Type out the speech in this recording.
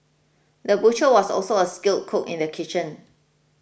the butcher was also a skilled cook in the kitchen